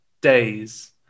days